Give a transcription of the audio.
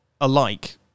alike